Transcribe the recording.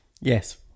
Yes